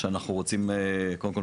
שאנחנו רוצים קודם כול,